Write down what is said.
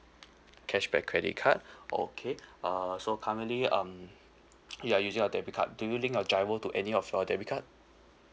cashback credit card okay uh so currently um you're using a debit card do you link your driver to any of your debit card